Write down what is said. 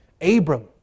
Abram